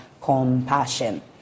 compassion